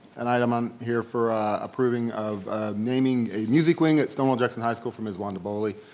an item on here for approving of naming a music wing at stonewall jackson high school for ms. wanda boley.